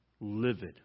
livid